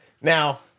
Now